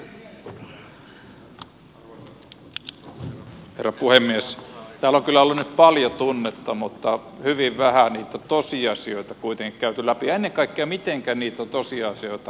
täällä on kyllä ollut nyt paljon tunnetta mutta hyvin vähän niitä tosiasioita kuitenkin käyty läpi ja ennen kaikkea sitä mitenkä niitä tosiasioita ratkaistaisiin